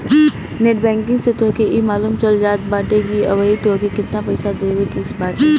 net banking से तोहके इ मालूम चल जात बाटे की अबही तोहके केतना पईसा देवे के बाटे